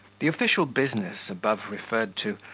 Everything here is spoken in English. the official business, above referred to,